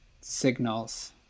signals